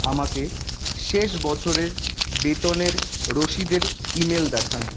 আমাকে শেষ বছরের বেতনের রসিদের ইমেল দেখান